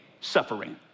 suffering